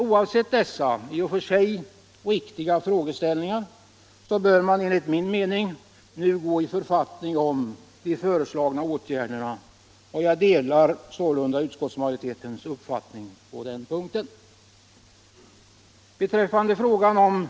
Oavsett dessa i och för sig riktiga frågeställningar bör man, enligt min mening, nu gå i författning om de föreslagna åtgärderna, och jag delar sålunda utskottsmajoritetens uppfattning på den punkten.